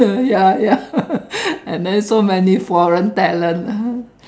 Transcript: ya ya and then so many foreign talent lah ha